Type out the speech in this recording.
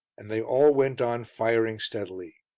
and they all went on firing steadily.